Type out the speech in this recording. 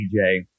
DJ